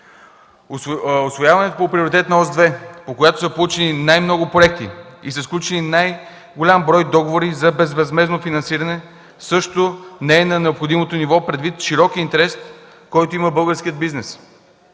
Усвояването по Приоритетна ос 2, по която са получени най-много проекти и са сключени най-голям брой договори за безвъзмездно финансиране, също не е на необходимото ниво, предвид широкия интерес, който има българският бизнес.